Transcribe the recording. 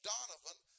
Donovan